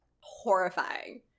horrifying